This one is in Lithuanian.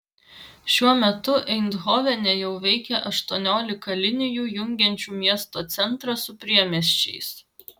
šiuo metu eindhovene jau veikia aštuoniolika linijų jungiančių miesto centrą su priemiesčiais